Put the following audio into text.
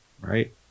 right